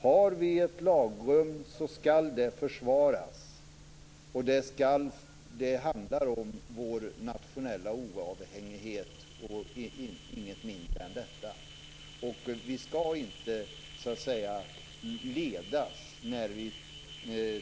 Har vi ett lagrum skall det försvaras. Det handlar om vår nationella oavhängighet och inget mindre. Vi skall inte ledas när vi tillämpar undantagsbestämmelser, som sekretessbestämmelserna trots allt är.